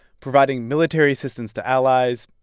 providing military assistance to allies,